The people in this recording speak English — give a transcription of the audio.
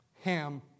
Ham